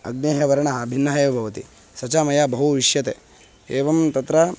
अग्नेः वर्णः भिन्नः एव भवति स च मया बहु इष्यते एवं तत्र